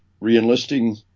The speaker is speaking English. re-enlisting